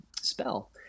spell